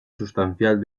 sustancial